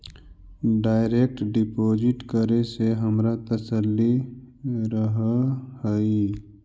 direct deposit करे से हमारा तसल्ली रहअ हई